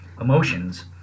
emotions